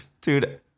dude